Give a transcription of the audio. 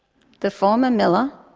the former miller,